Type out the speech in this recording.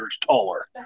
Taller